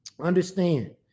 Understand